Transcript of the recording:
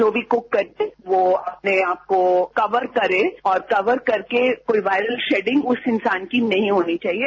जो भी कुक करें वो अपने आप को कवर करें और कवर करके कोई वायरल शेडिंग उस इंसान की नहीं होनी चाहिए